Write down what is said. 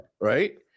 right